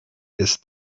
his